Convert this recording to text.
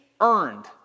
earned